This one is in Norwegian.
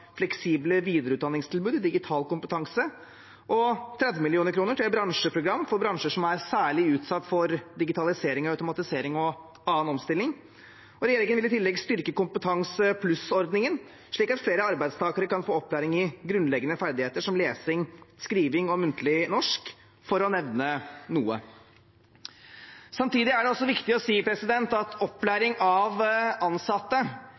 fleksible videreutdanningstilbud i digital kompetanse og 30 mill. kr til et bransjeprogram for bransjer som er særlig utsatt for digitalisering, automatisering og annen omstilling. Regjeringen vil i tillegg styrke Kompetansepluss-ordningen, slik at flere arbeidstakere kan få opplæring i grunnleggende ferdigheter som lesing, skriving og muntlig norsk, for å nevne noe. Samtidig er det også viktig å si at opplæring av ansatte